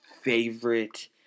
favorite